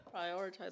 prioritize